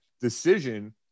decision